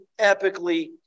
epically